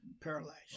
paralyzed